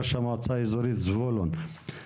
ראש המועצה האזורית זבולון,